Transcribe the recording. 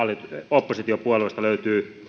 oppositiopuolueista löytyy